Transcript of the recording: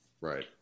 Right